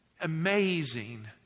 Amazing